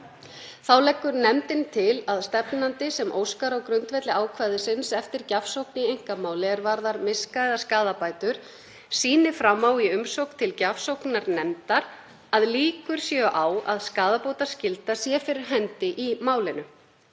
Þá leggur nefndin til að stefnandi, sem á grundvelli ákvæðisins óskar eftir gjafsókn í einkamáli sem varðar miska- eða skaðabætur, sýni fram á í umsókn til gjafsóknarnefndar að líkur séu á að skaðabótaskylda sé fyrir hendi í málinu.